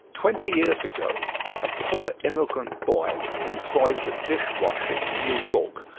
twenty years ago a poor immigrant boy, employed as a dish washer in new york,